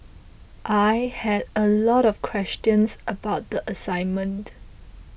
I had a lot of questions about the assignment